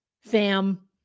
fam